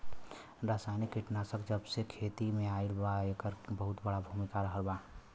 रासायनिक कीटनाशक जबसे खेती में आईल बा येकर बहुत बड़ा भूमिका रहलबा